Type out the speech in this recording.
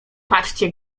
patrzcie